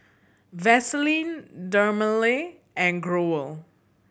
Vaselin Dermale and Growell